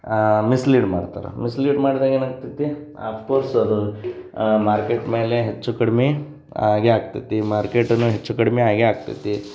mislead ಮಾಡ್ತಾರೆ mislead ಮಾಡ್ದಾಗ ಏನಾಗ್ತತಿ ಆಫ್ ಕೋರ್ಸ್ ಅದು ಮಾರ್ಕೇಟ್ ಮೇಲೆ ಹೆಚ್ಚು ಕಡ್ಮೆ ಆಗೇ ಆಗ್ತತಿ ಮಾರ್ಕೇಟನೂ ಹೆಚ್ಚು ಕಡಿಮೆ ಆಗೇ ಆಗ್ತತಿ